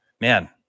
man